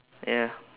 ya